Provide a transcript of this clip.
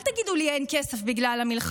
אל תגידו לי שאין כסף בגלל המלחמה,